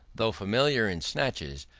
though familiar in snatches,